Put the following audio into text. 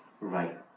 right